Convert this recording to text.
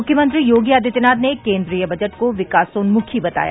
मुख्यमंत्री योगी आदित्यनाथ ने केन्द्रीय बजट को विकासोन्मुखी बताया